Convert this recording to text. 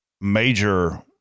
major